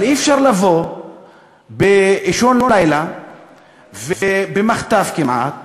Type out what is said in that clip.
אבל אי-אפשר לבוא באישון לילה ובמחטף כמעט